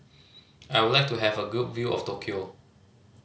I would like to have a good view of Tokyo